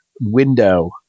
window